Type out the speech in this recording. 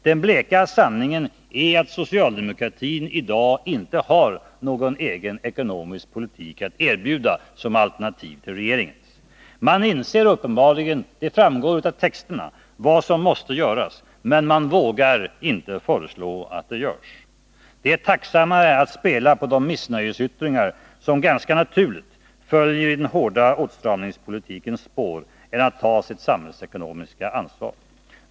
Den bleka sanningen är att socialdemokratin i dag inte har någon egen ekonomisk politik att erbjuda som alternativ till regeringens. Man inser uppenbarligen — det framgår av texterna — vad som måste göras, men man vågar inte föreslå att det görs. Det är tacksammare att spela på de missnöjesyttringar som ganska naturligt följer i den hårda åtstramningspolitikens spår än ta sitt samhällsekonomiska ansvar.